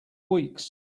weeks